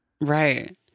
Right